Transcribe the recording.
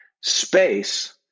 space